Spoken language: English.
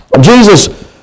Jesus